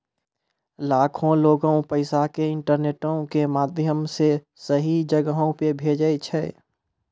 लाखो लोगें पैसा के इंटरनेटो के माध्यमो से सही जगहो पे भेजै छै